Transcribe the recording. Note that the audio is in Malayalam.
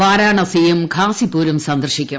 വാരാണസിയും ഖാസിപൂരും സന്ദർശിക്കും